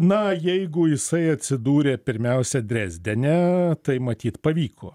na jeigu jisai atsidūrė pirmiausia drezdene tai matyt pavyko